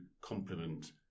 complement